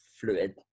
fluid